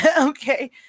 Okay